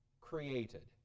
created